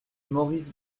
maurice